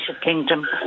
Kingdom